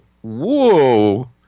whoa